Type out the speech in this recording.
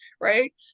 right